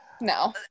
No